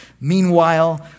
Meanwhile